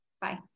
Bye